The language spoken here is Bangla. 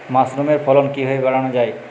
মাসরুমের ফলন কিভাবে বাড়ানো যায়?